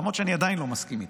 למרות שאני עדיין לא מסכים איתה.